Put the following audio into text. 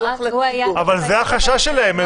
אבל זה החשש שלהם,